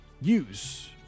use